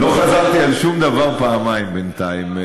לא חזרתי על שום דבר פעמיים בינתיים.